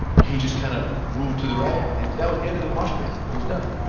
he just kind of moved to the right and that was the end of the mosh pit, it was done.